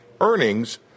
earnings